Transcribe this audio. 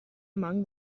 among